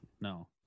No